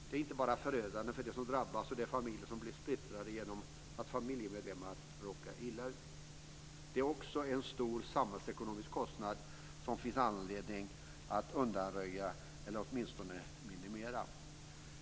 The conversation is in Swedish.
Det är inte bara förödande för dem som drabbas och för de familjer som blir splittrade genom att familjemedlemmar råkar illa ut, utan det är också en stor samhällsekonomisk kostnad som det finns anledning att undanröja, eller åtminstone minimera.